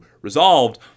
resolved